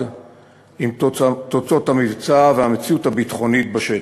עם תוצאות המבצע והמציאות הביטחונית בשטח.